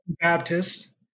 baptist